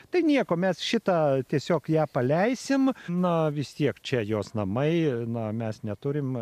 tai nieko mes šitą tiesiog ją paleisim na vis tiek čia jos namai na mes neturim